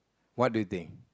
what do you think